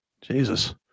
Jesus